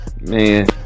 man